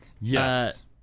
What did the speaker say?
Yes